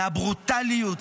מהברוטליות,